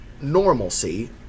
normalcy